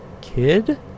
kid